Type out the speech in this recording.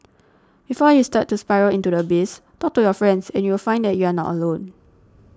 before you start to spiral into the abyss talk to your friends and you'll find that you are not alone